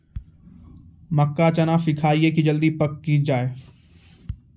मक्का चना सिखाइए कि जल्दी पक की जय?